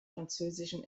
französischen